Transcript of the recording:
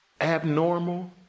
abnormal